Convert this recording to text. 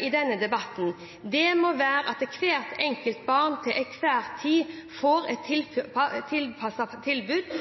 i denne debatten må være at hvert enkelt barn til enhver tid får et tilpasset tilbud,